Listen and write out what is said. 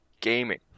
gaming